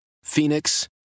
phoenix